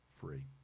free